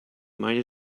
might